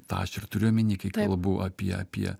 tą aš ir turiu omeny kai kalbu apie apie